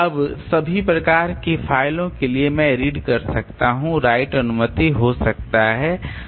अब सभी प्रकार की फ़ाइल के लिए मैं रीड कर सकता हूं राइट अनुमति हो सकता है rw डैश